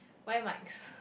wear mics